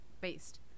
based